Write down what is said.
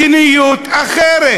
מדיניות אחרת.